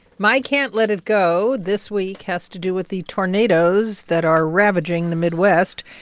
my can't let it go this week has to do with the tornadoes that are ravaging the midwest.